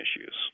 issues